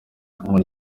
muri